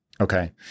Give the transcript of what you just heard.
okay